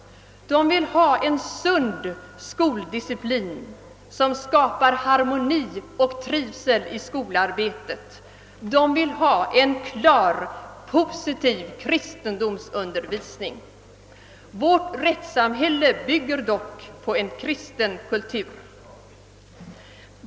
De vill ha en sund skoldisciplin som skapar harmoni och trivsel i skolarbetet, de vill ha en klar, positiv kristendomsundervisning. Vårt rättssamhälle bygger dock på en kristen kultur.